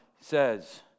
says